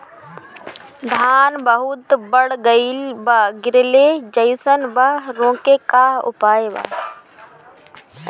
धान बहुत बढ़ गईल बा गिरले जईसन बा रोके क का उपाय बा?